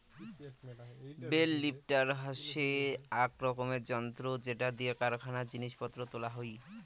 bell lifter হসে আক রকমের যন্ত্র যেটা দিয়া কারখানায় জিনিস পত্র তোলা হই